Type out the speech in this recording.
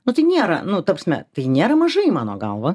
nu tai nėra nu ta prasme tai nėra mažai mano galva